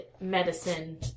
medicine